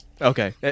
Okay